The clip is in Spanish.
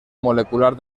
molecular